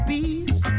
Peace